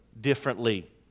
differently